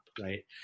right